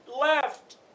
Left